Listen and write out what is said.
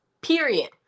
period